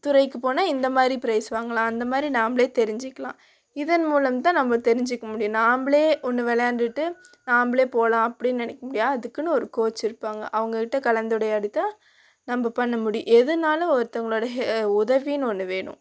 துறைக்கு போனால் இந்த மாதிரி பிரைஸ் வாங்கலாம் அந்த மாதிரி நாம்மளே தெரிஞ்சுக்கிலாம் இதன் மூலம் தான் நம்ம தெரிஞ்சிக்க முடியும் நாம்மளே ஒன்று விளாண்டுட்டு நாம்மளே போகலாம் அப்படின் நினைக்க முடியாது அதுக்குன்னு ஒரு கோச் இருப்பாங்க அவங்கக்கிட்ட கலந்து உரையாடித்தான் நம்ம பண்ண முடியும் எதுனாலும் ஒருத்தவங்களோட ஹெ உதவின்னு ஒன்று வேணும்